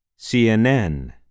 CNN